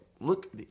look